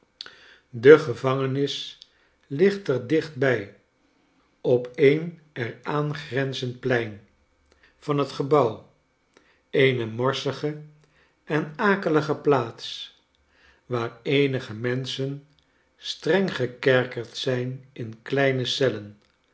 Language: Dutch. de gevangenis ligt er dichtbij op een er aan grenzend plein van het gebouw eene morsige en akelige plaats waar eenige menschen streng gekerkerd zijn in kleine cellen